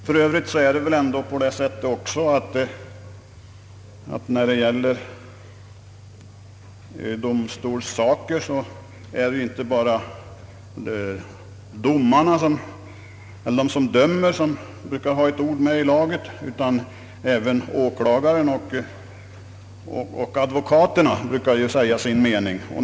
För övrigt är det väl också så att det i frågor som berör domstolarna inte bara är de som dömer som brukar ha ett ord med i laget, utan även åklagaren och advokaterna brukar få säga sin mening.